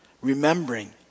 Remembering